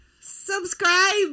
Subscribe